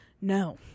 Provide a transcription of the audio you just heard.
no